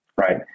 right